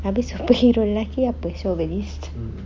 habis superhero lelaki apa